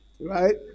Right